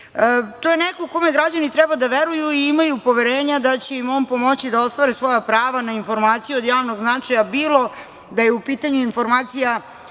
To je neko kome građani treba da veruju i imaju poverenja da će im on pomoći da ostvare svoja prava na informacije od javnog značaja, bilo da je u pitanju informacija